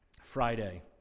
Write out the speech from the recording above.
Friday